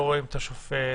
לא רואים את השופט?